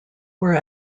were